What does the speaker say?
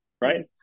right